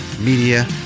Media